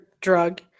drug